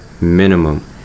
minimum